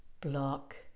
block